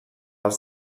els